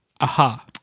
Aha